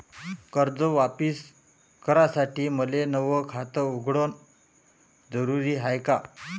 कर्ज वापिस करासाठी मले नव खात उघडन जरुरी हाय का?